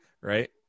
right